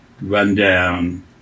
rundown